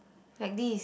like this